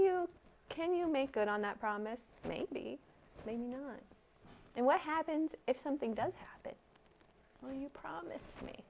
you can you make good on that promise me be a nun and what happens if something does happen you promise me